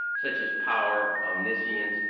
such as power, omniscience,